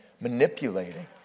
manipulating